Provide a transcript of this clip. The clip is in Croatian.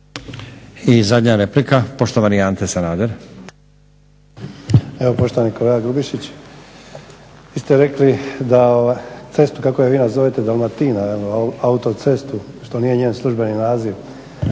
I zadnja replika, poštovani Ante Sanader.